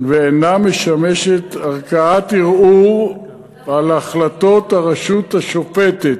ואינה משמשת ערכאת ערעור על החלטות הרשות השופטת.